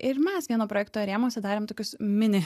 ir mes vieno projekto rėmuose darėm tokius mini